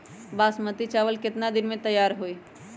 बासमती चावल केतना दिन में तयार होई?